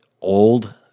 old